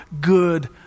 good